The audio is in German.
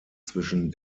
zwischen